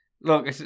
Look